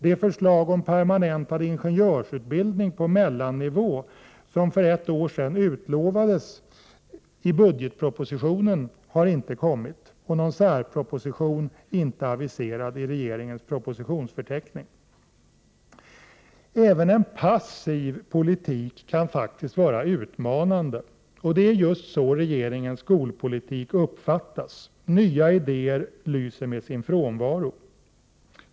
Det förslag om permanentad ingenjörsutbildning på mellannivå som för ett år sedan utlovades i budgetpropositionen har inte kommit, och någon särproposition är inte aviserad enligt regeringens propositionsförteckning. Även en passiv politik kan faktiskt vara utmanande. Det är just så regeringens skolpolitik uppfattats. Nya idéer lyser med sin frånvaro.